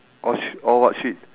oh treat oh what treat